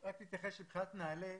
רק להתייחס מבחינת נעל"ה,